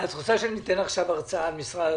את רוצה שאני אתן עכשיו הרצאה על משרד הדתות?